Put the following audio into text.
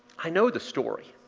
i know the story.